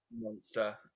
monster